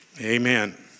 Amen